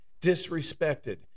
disrespected